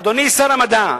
אדוני שר המדע,